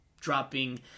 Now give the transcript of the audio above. dropping